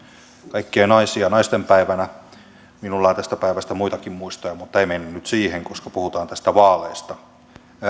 kaikkia naisia naistenpäivänä minulla on tästä päivästä muitakin muistoja mutta ei mennä nyt siihen koska puhutaan vaaleista